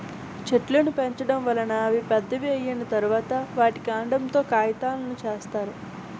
చెట్లును పెంచడం వలన అవి పెద్దవి అయ్యిన తరువాత, వాటి కాండం తో కాగితాలును సేత్తారు